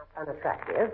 unattractive